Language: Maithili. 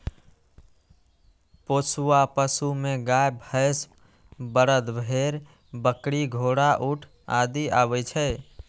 पोसुआ पशु मे गाय, भैंस, बरद, भेड़, बकरी, घोड़ा, ऊंट आदि आबै छै